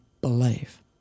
believe